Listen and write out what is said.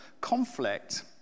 conflict